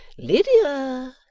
lydia,